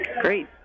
Great